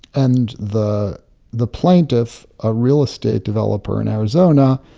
and the the plaintiff, a real estate developer in arizona,